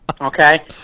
Okay